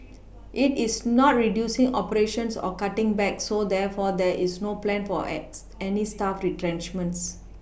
it is not Reducing operations or cutting back so therefore there is no plan for as any staff retrenchments